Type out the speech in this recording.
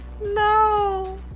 No